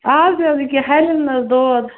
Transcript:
آز حظ ییٚکیٛاہ ہَلٮ۪ن حظ دود